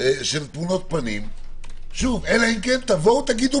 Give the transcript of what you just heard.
של תמונות פנים - אלא אם כן תגידו